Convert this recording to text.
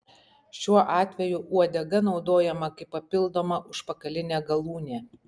šiuo atveju uodega naudojama kaip papildoma užpakalinė galūnė